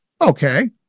Okay